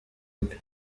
bwe